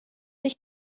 sich